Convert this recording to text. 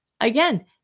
again